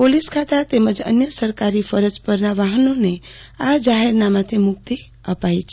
police ખાતા તેમજ અન્ય સરકારી ફરજ પરના વાહનોને આ જાહેરનામાથી મુ ક્તિ અપાઇ છે